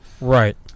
right